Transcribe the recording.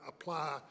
apply